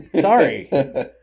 Sorry